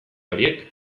horiek